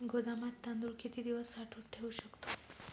गोदामात तांदूळ किती दिवस साठवून ठेवू शकतो?